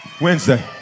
Wednesday